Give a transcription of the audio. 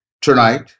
tonight